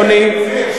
אדוני,